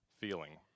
feeling